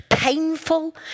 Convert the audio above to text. painful